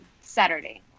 Saturday